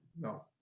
no